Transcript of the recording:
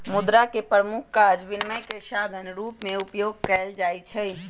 मुद्रा के प्रमुख काज विनिमय के साधन के रूप में उपयोग कयल जाइ छै